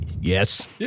yes